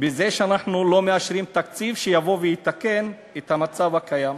בזה שאנחנו לא מאשרים תקציב שיבוא ויתקן את המצב הקיים.